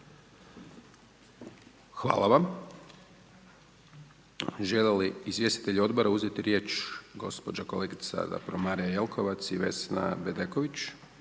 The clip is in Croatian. Hvala vam. Žele li izvjestitelji odbora uzeti riječ? Gospođa, kolegica zapravo, Marija Jelkovac i Vesna Bedeković?